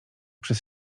przez